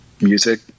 music